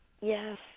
Yes